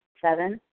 Seven